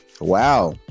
wow